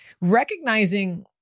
recognizing